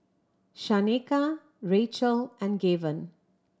Shaneka Rachael and Gaven